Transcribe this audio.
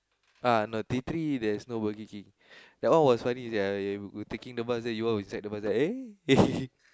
uh no T three there is no Burger-King that one was only B T T we were taking the bus then you all inside the bus then eh